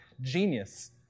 Genius